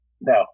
No